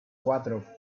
cuatro